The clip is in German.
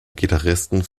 gitarristen